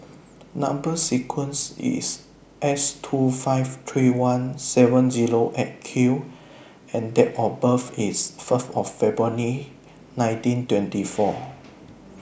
Number sequence IS S two five three one seven Zero eight Q and Date of birth IS First of February nineteen twenty four